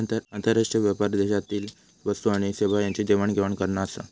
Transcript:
आंतरराष्ट्रीय व्यापार देशादेशातील वस्तू आणि सेवा यांची देवाण घेवाण करना आसा